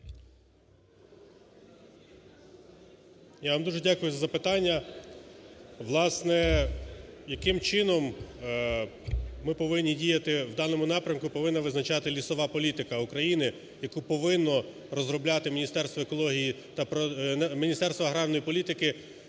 Я вам дуже дякую за запитання. Власне, яким чином ми повинні діяти в даному напрямку, повинна визначати лісова політика України, яку повинно розробляти Міністерство екології та... Міністерство аграрної політики